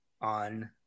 on